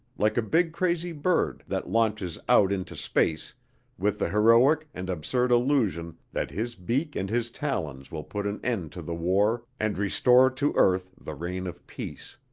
like a big crazy bird that launches out into space with the heroic and absurd illusion that his beak and his talons will put an end to the war and restore to earth the reign of peace.